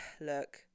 look